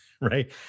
Right